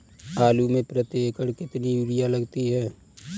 आलू में प्रति एकण कितनी यूरिया लगती है?